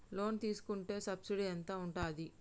Loan తీసుకుంటే subsidy ఎంత ఉంటది?